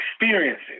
experiences